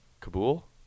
Kabul